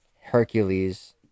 hercules